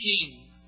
king